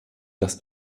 dass